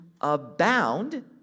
abound